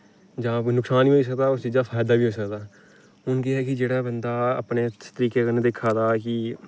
जां कोई नकसान बी होई सकदा उस चीजा दा फायदा बी होई सकदा हून केह् ऐ कि जेह्ड़ा बंदा अपने तरीके कन्नै दिक्खा दा कि